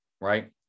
Right